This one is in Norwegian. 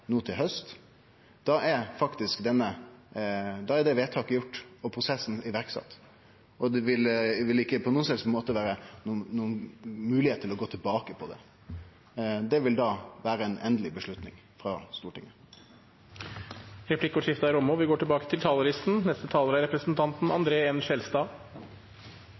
no til hausten, da er det vedtaket gjort og prosessen sett i verk, og det vil ikkje på nokon som helst måte vere noka moglegheit til å gå tilbake på det. Det vil da vere eit endeleg vedtak frå Stortinget si side. Replikkordskiftet er omme. Dette er